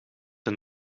een